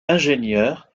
ingénieurs